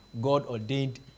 God-ordained